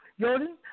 Jordan